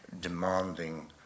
demanding